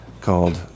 called